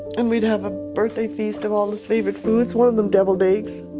and we'd have a birthday feast of all his favourite foods, one of them devilled eggs.